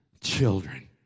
children